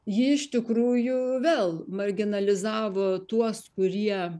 ji iš tikrųjų vėl marginalizavo tuos kurie